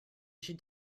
should